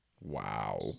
wow